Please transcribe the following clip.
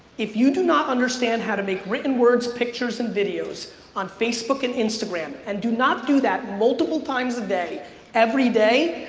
if you do not understand how to make written words, pictures and videos on facebook and instagram and do not do that multiple times a day every day,